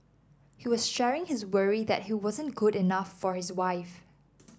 he was sharing his worry that he wasn't good enough for his wife